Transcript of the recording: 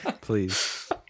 please